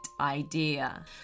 idea